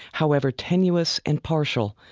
however tenuous and partial,